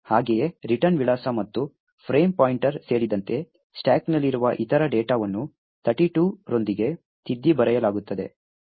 ಹಾಗೆಯೇ ರಿಟರ್ನ್ ವಿಳಾಸ ಮತ್ತು ಫ್ರೇಮ್ ಪಾಯಿಂಟರ್ ಸೇರಿದಂತೆ ಸ್ಟಾಕ್ನಲ್ಲಿರುವ ಇತರ ಡೇಟಾವನ್ನು 32 ರೊಂದಿಗೆ ತಿದ್ದಿ ಬರೆಯಲಾಗುತ್ತದೆ